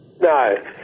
No